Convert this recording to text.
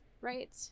Right